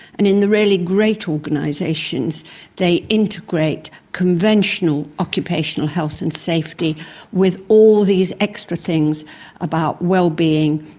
and in the really great organisations they integrate conventional occupational health and safety with all these extra things about well-being,